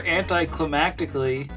anticlimactically